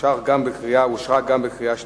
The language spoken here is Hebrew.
אושרה בקריאה שלישית.